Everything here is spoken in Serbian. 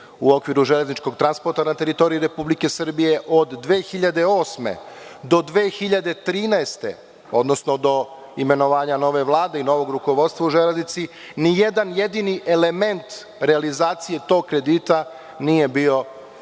u okviru železničkog transporta na teritoriji Republike Srbije od 2008. do 2013. godine, odnosno do imenovanja nove Vlade i novog rukovodstva u Železnici – nijedan jedini element realizacije tog kredita nije bio na